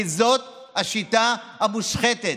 כי זו השיטה המושחתת.